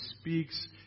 speaks